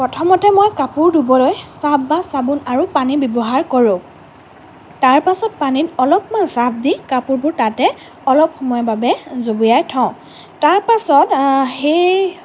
প্ৰথমতে মই কাপোৰ ধোবলৈ চাৰ্ফ বা চাবোন আৰু পানী ব্যৱহাৰ কৰোঁ তাৰপিছত পানীত অলপমান চাৰ্ফ দি কাপোৰবোৰ তাতে অলপ সময়ৰ বাবে জুবুৰিয়াই থওঁ তাৰপাছত সেই